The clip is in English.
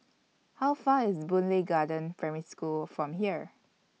How Far IS Boon Lay Garden Primary School from here